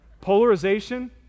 Polarization